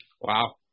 Wow